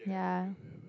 ya